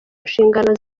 nshingano